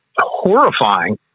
horrifying